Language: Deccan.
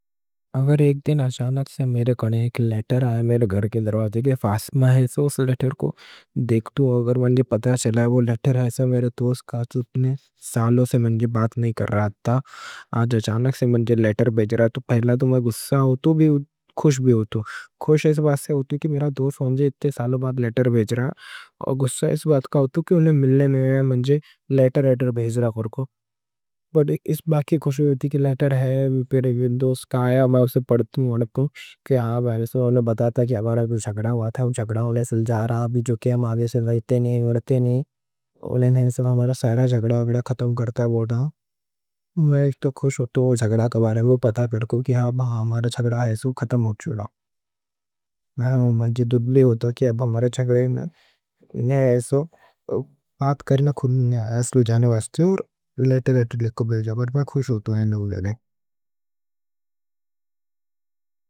اگر ایک دن اچانک سے میرے کنے ایک لیٹر آئے، میرے گھر کے دروازے کے پاس میں۔ اس لیٹر کو دیکھتا ہون تو پتا چلا کہ وہ لیٹر میرے دوست کا ہے، اتنے سالوں سے بات نہیں کر رہا تھا، آج اچانک سے لیٹر بھیج رہا۔ تو پہلے تو میں غصہ ہون، خوش بھی ہون۔ خوش اس بات سے ہون کہ میرا دوست اتنے سالوں بعد لیٹر بھیج رہا، اور غصہ اس بات کا ہون کہ انہیں ملنے، لیٹر لیٹر بھیج رہا۔ اس بات کی خوش ہوئی تھی کہ لیٹر ہے، پھر ایک دو سکایا میں اسے پڑھتا ہون کہ ہمارا جھگڑا ہوا تھا۔ جھگڑا ہوتا ہے جو کہ ہم آگے سے رہتے نہیں، ہمارا سارا جھگڑا ختم کرتا۔ وہاں میں ایک تو خوش ہون، جھگڑے کے بارے میں پتا پیڑکو کہ ہمارا جھگڑا ختم ہو چکا۔ میں ہمارا جھگڑا بات کرنا، خود ایسا جانے واسطے لیٹر لیٹر لکھو بھیج رہا ہون، میں خوش ہون.